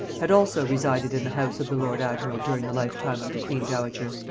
had also resided in the house of the lord-admiral during the lifetime of the queen-dowager,